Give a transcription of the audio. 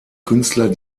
künstler